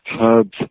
herbs